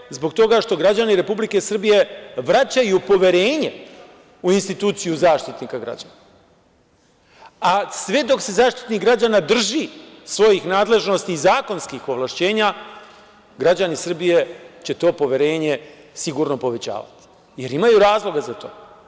Dobro je zbog toga što građani Republike Srbije vraćaju poverenje u instituciju Zaštitnika građana, a sve dok se Zaštitnik građana drži svojih nadležnosti i zakonskih ovlašćenja, građani Srbije će to poverenje sigurno povećavati, jer imaju razloga za to.